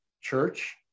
church